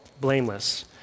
blameless